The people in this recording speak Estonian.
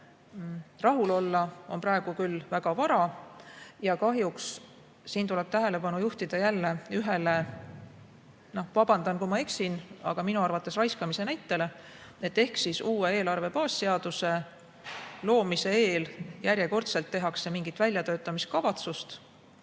rahul olla on praegu küll väga vara. Ja kahjuks siin tuleb tähelepanu juhtida jälle ühele – vabandust, kui ma eksin! – minu arvates raiskamise näitele. Uue eelarve baasseaduse loomise eel järjekordselt tehakse mingit väljatöötamiskavatsust